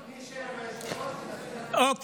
לא.